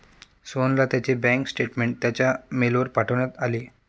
सोहनला त्याचे bank statement त्याच्या मेलवर पाठवण्यात आले